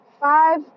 five